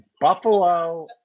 Buffalo